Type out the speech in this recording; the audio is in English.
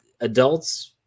adults